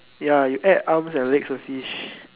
ya you add arms and legs to fish